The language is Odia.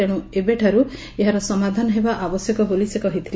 ତେଶୁ ଏବେ ଠାରୁ ଏହାର ସମାଧାନ ହେବା ଆବଶ୍ୟକ ବୋଲି ସେ କହିଥିଲେ